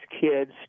kids